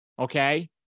Okay